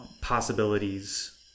possibilities